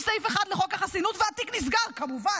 סעיף 1 לחוק החסינות והתיק נסגר כמובן.